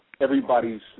everybody's